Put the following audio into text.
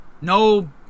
no